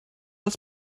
das